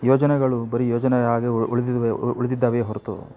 ಯೋಜನೆಗಳು ಬರೀ ಯೋಜನೆಯಾಗೇ ಉಳಿದಿದ್ದಾವೆ ಉಳಿದಿದ್ದಾವೆಯೇ ಹೊರತು